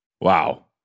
Wow